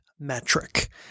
Metric